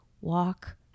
walk